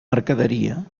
mercaderia